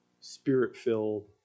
spirit-filled